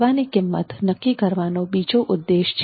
સેવાની કિંમત નક્કી કરવાનો બીજો ઉદ્દેશ છે